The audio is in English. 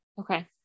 Okay